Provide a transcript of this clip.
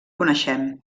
coneixem